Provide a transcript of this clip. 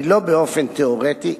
ולו באופן תיאורטי,